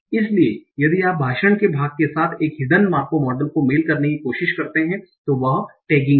इसलिए यदि आप भाषण के भाग के साथ एक हिड्न मार्कोव मॉडल को मेल करने की कोशिश करते हैं तो वह टैगिंग है